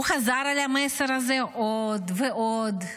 הוא חזר על המסר הזה עוד ועוד,